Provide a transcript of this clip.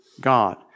God